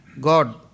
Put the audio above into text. God